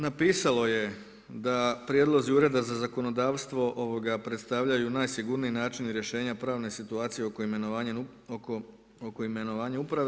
Napisalo je da prijedlozi Ureda za zakonodavstvo, predstavljaju najsigurniji način rješenja pravne situacije oko imenovanja uprave.